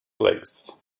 legs